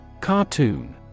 CARTOON